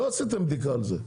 לא עשיתם בדיקה על זה,